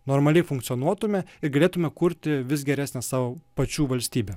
normaliai funkcionuotume ir galėtume kurti vis geresnę savo pačių valstybę